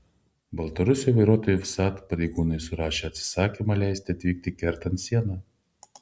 baltarusiui vairuotojui vsat pareigūnai surašė atsisakymą leisti atvykti kertant sieną